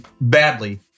badly